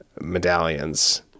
medallions